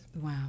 wow